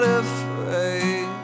afraid